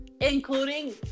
including